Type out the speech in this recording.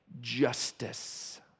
justice